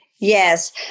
Yes